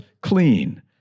clean